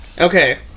Okay